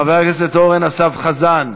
חבר הכנסת אורן אסף חזן,